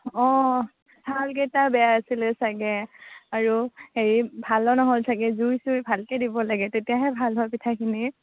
অঁ চাউল কেইটা বেয়া আছিলে চাগে আৰু হেৰি ভালো নহ'ল চাগে জুই চুই ভালকে দিব লাগে তেতিয়াহে ভাল হয় পিঠাখিনি